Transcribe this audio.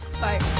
Bye